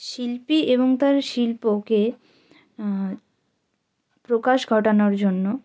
শিল্পী এবং তার শিল্পকে প্রকাশ ঘটানোর জন্য